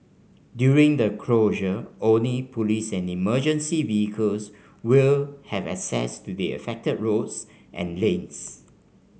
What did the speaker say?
during the closure only police and emergency vehicles will have access to the affected roads and lanes